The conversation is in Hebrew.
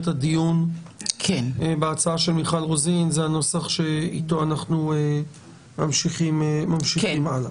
הדיון בהצעה של מיכל רוזין זה הנוסח שאיתו אנחנו ממשיכים הלאה.